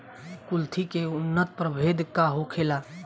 कुलथी के उन्नत प्रभेद का होखेला?